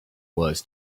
wars